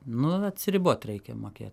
nu atsiribot reikia mokėt